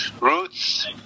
roots